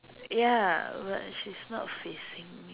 ya but she's not facing me